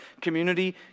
community